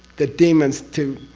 the demons to!